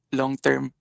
long-term